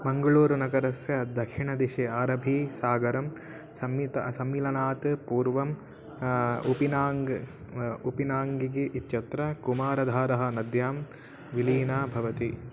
मङ्गलूरुनगरस्य दक्षिणदिशि आरभीसागरं सम्मित सम्मिलनात् पूर्वम् उपिनाङ्ग् उपिनाङ्गिगी इत्यत्र कुमारधारा नद्यां विलीना भवति